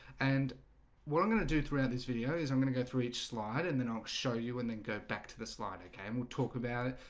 and what i'm going to do throughout this video is i'm gonna go through each slide and then i'll show you and then go back to the slide okay, and we'll talk about it.